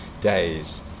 days